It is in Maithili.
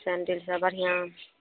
सैण्डिल सभ बढ़िआँ